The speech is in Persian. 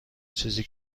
چیزی